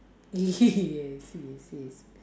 yes yes yes